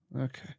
Okay